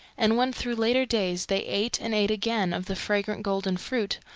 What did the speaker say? and when through later days they ate and ate again of the fragrant golden fruit,